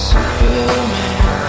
Superman